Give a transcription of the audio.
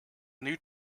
new